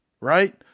Right